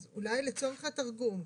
אז אולי לצורך התרגום,